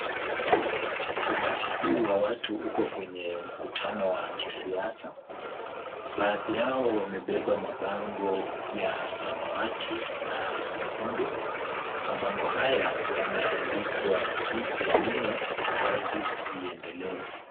Umati huu wa watu uko kwenye mkutano wa kisiasa. Baadhi yao wamebeba mabango ya samawati na nyekundu. Mabango haya yameandikwa PNU kazi iendelee.